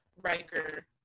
Riker